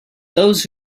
those